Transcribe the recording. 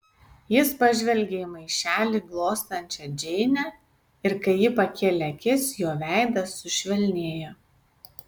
jis pažvelgė į maišelį glostančią džeinę ir kai ji pakėlė akis jo veidas sušvelnėjo